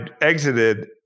exited